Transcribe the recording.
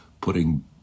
putting